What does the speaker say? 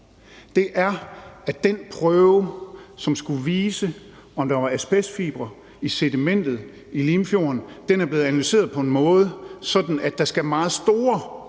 meget, er, at den prøve, som skulle vise, om der var asbestfibre i sedimentet i Limfjorden, er blevet analyseret på en måde, sådan at der skal meget store